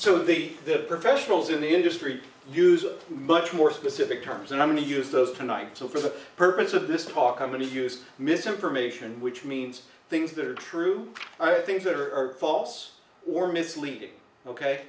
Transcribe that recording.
so the the professionals in the industry use a much more specific terms and i'm going to use those tonight so for the purposes of this talk i'm going to use misinformation which means things that are true things that are false or misleading ok